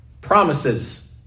promises